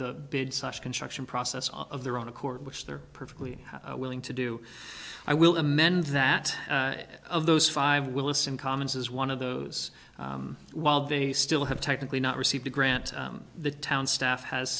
big construction process of their own accord which they're perfectly willing to do i will amend that of those five willison commons is one of those while they still have technically not received a grant the town staff has